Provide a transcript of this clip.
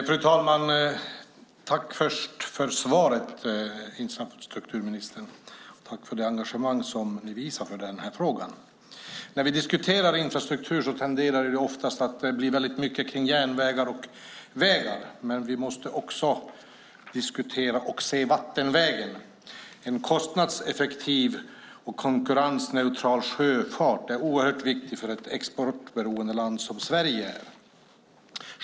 Fru talman! Tack för svaret, infrastrukturministern, och för det engagemang som ni visar för den här frågan! När vi diskuterar infrastruktur tenderar det oftast att bli väldigt mycket kring järnvägar och vägar, men vi måste också se och diskutera vattenvägen. En kostnadseffektiv och konkurrensneutral sjöfart är oerhört viktig för ett exportberoende land som Sverige.